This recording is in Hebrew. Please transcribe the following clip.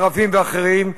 ערבים ואחרים,